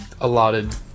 allotted